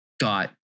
got